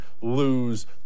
lose